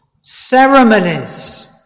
ceremonies